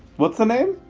what's the name?